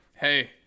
hey